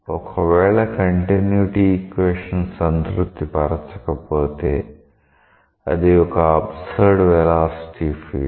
ఒకవేళ continuity equation సంతృప్తి పరచకపోతే అది ఒక అబ్సర్డ్ వెలాసిటీ ఫీల్డ్